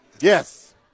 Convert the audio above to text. yes